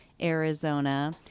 Arizona